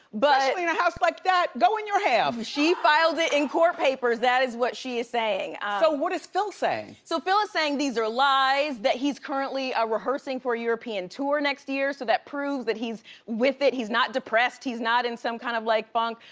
but i mean a house like that, go in your half. she filed it in court papers that is what she is saying. so what does phil say? so phil is saying these are lies, that he's currently ah rehearsing for european tour next year. so that proves that he's with it, he's not depressed. he's not in some kind of like bunk.